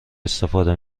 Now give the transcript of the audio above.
استفاده